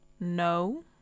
No